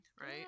Right